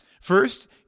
First